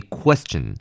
question